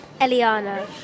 Eliana